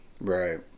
right